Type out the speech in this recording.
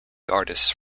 artists